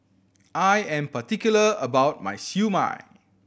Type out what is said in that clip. I am particular about my Siew Mai